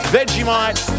Vegemite